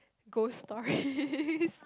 ghost stories